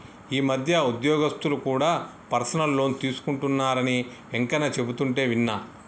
ఈ మధ్య ఉద్యోగస్తులు కూడా పర్సనల్ లోన్ తీసుకుంటున్నరని వెంకన్న చెబుతుంటే విన్నా